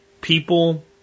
People